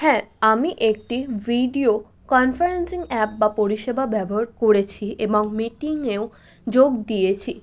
হ্যাঁ আমি একটি ভিডিও কনফারেন্সিং অ্যাপ বা পরিষেবা ব্যবহার করেছি এবং মিটিংয়েও যোগ দিয়েছি